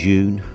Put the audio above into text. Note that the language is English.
June